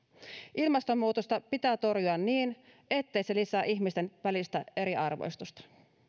ilmastonmuutosta pitää torjua niin ettei se lisää ihmisten välistä eriarvoistumista